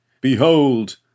Behold